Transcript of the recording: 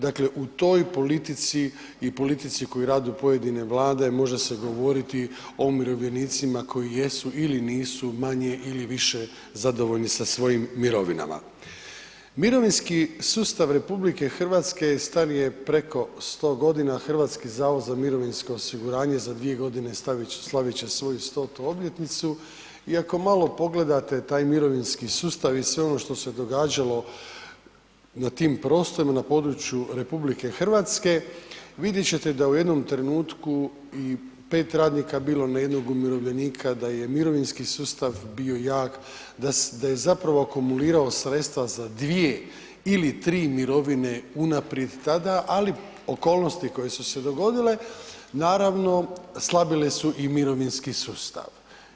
Dakle u toj politici i politici koje rade pojedine vlade, može se govoriti o umirovljenicima koji jesu ili nisu manje ili više zadovoljni sa svojim mirovinama, Mirovinski sustav RH star je preko 100 g., HZMO za 2 g. slavit će svoju 100. obljetnicu i ako malo pogledate taj mirovinski sustav i sve ono što se događalo na tim prostorima na području RH, vidjet ćete da je u jednom trenutku i 5 radnika bilo na jednog umirovljenika, da je mirovinski sustav bio jako, da je zapravo akumulirao sredstva za 2 ili 3 mirovine unaprijed tada ali okolnosti koje su se dogodile, naravno slabile su i mirovinski sustav.